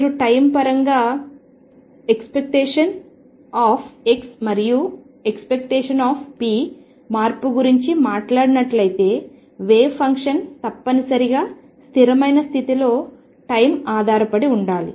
మీరు టైం పరంగా ⟨x⟩ మరియు ⟨x⟩ మార్పు గురించి మాట్లాడినట్లయితే వేవ్ ఫంక్షన్ తప్పనిసరిగా స్థిరమైన స్థితిలో టైం పై ఆధారపడి ఉండాలి